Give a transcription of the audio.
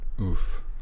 Oof